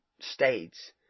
states